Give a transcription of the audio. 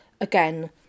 again